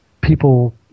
people